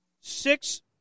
six